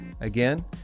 Again